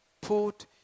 Put